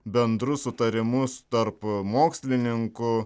bendru sutarimu tarp mokslininkų